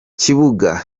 kibuga